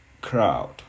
crowd